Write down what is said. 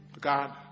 God